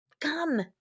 Come